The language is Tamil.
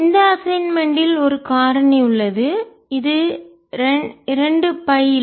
இந்த அசைன்மென்ட் ல் ஒரு காரணி உள்ளது இது இரண்டு பை இல்லை